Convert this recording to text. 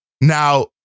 Now